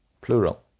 Plural